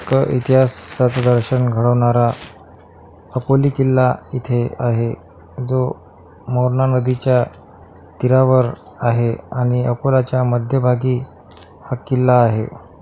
एक इतिहासाचं दर्शन घडवणारा अकोली किल्ला इथे आहे जो मौना नदीच्या तीरावर आहे आणि अकोल्याच्या मध्यभागी हा किल्ला आहे